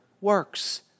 works